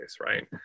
right